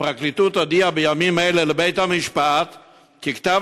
הפרקליטות הודיעה בימים אלה לבית-המשפט כי כתב